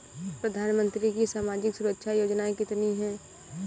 प्रधानमंत्री की सामाजिक सुरक्षा योजनाएँ कितनी हैं?